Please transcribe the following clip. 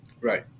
Right